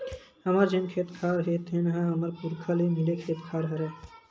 हमर जेन खेत खार हे तेन ह हमर पुरखा ले मिले खेत खार हरय